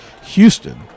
Houston